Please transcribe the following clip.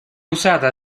usata